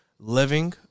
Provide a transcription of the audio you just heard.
Living